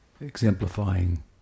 exemplifying